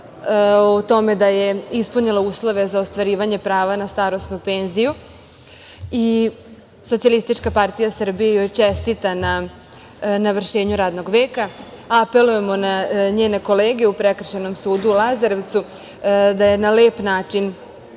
o tome da je ispunila uslove za ostvarivanje prava na starosnu penziju i SPS joj čestita na navršenju radnog veka. Apelujemo na njene kolege u Prekršajnom sudu u Lazarevcu da je na lep način